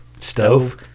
stove